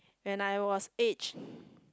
when I was age